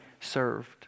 served